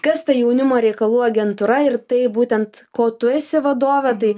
kas ta jaunimo reikalų agentūra ir tai būtent ko tu esi vadovė tai